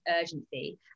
urgency